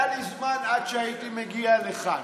היה לי זמן עד שהייתי מגיע לכאן.